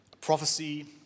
prophecy